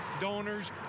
donors